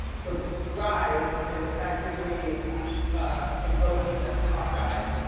so subscribe is effectively invoking that top guy,